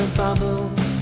bubbles